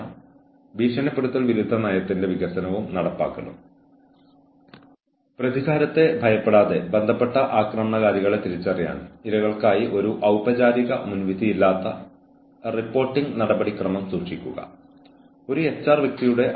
ഒരു അച്ചടക്ക യോഗത്തിന്റെ ഫലത്തിനെതിരെ അപ്പീൽ ചെയ്യാനുള്ള ഒരു ജീവനക്കാരന്റെ അവകാശം കേസിൽ മുമ്പ് ഇടപെടാത്ത ഒരു സീനിയർ മാനേജർക്ക് സാധാരണയായി നൽകാനുള്ള വ്യവസ്ഥ